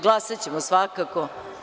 Glasaćemo, svakako.